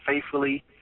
faithfully